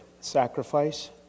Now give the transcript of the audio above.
sacrifice